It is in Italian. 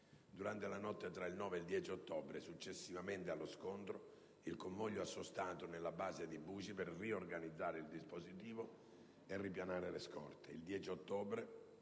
Durante la notte tra il 9 e il 10 ottobre, successivamente allo scontro, il convoglio ha sostato nella base di Buji per riorganizzare il dispositivo e ripianare le scorte.